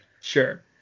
Sure